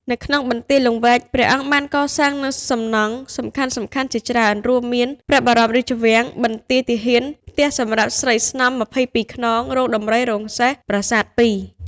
នៅក្នុងបន្ទាយលង្វែក ព្រះអង្គបានកសាងនូវសំណង់សំខាន់ៗជាច្រើន រួមមាន ព្រះបរមរាជវាំង បន្ទាយទាហាន ផ្ទះសម្រាប់ស្រីស្នំ ២២ ខ្នង រោងដំរី រោងសេះ ប្រាសាទពីរ។